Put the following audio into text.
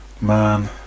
Man